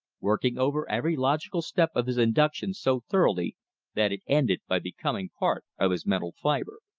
working over every logical step of his induction so thoroughly that it ended by becoming part of his mental fiber.